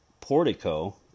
portico